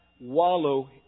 wallow